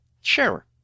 Sure